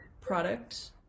product